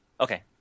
Okay